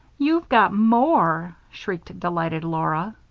you've got more, shrieked delighted laura.